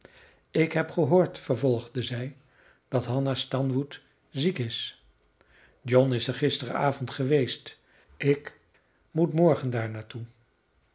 ik heb gehoord vervolgde zij dat hanna stanwood ziek is john is er gisteravond geweest ik moet morgen